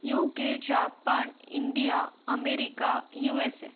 UK Japan India America USA